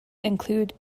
include